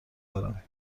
دارم